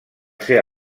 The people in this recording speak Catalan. ser